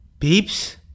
Beeps